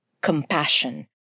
Compassion